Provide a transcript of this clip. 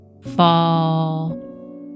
fall